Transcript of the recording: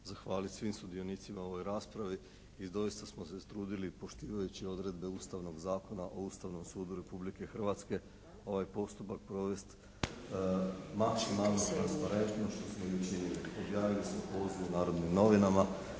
zahvaliti svim sudionicima u ovoj raspravi. I doista smo se trudili i poštivajući odredbe Ustavnog zakona o Ustavnom sudu Republike Hrvatske ovaj postupak provesti maksimalno transparentno što smo i učinili. Objavili smo poziv u "Narodnim novinama",